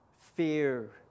fear